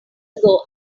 ago